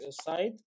side